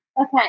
Okay